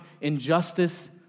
injustice